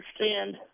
understand